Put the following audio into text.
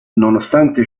nonostante